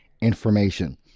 information